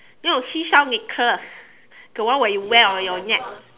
no seashell necklace the one where you wear on your neck